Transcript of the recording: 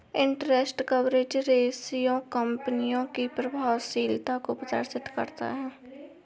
interest coverage ratio company की प्रभावशीलता को प्रदर्शित करता है